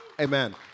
Amen